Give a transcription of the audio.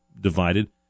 divided